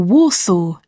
Warsaw